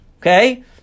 Okay